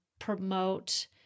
promote